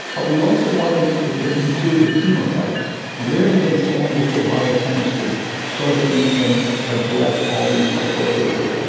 but we also want to include the chemotype. where do they stand with their biochemistry so that we can address all these appropriately?